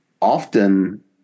Often